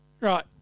Right